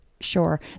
sure